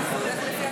אז זה הולך לפי,